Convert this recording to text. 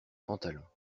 pantalons